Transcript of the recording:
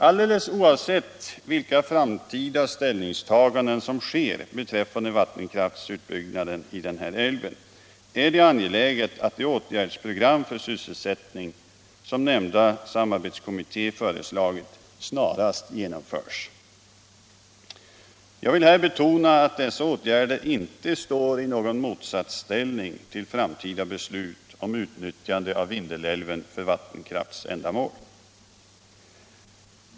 Alldeles oavsett vilka framtida ställningstaganden som sker beträffande vattenkraftsutbyggnad i älven är det angeläget, att det åtgärdsprogram för sysselsättning som nämnda samarbetskommitté föreslagit snarast genomförs. Jag vill här betona att dessa åtgärder inte står i någon motsatsställning till framtida beslut om utnyttjande av Vindelälven för vattenkraftsändamål.